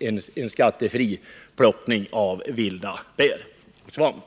en skattefri plockning av vilda bär och svamp.